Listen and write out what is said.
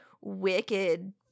wicked